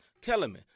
Kellerman